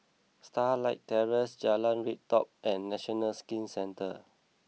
Starlight Terrace Jalan Redop and National Skin Centre